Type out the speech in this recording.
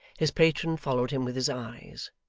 his patron followed him with his eyes,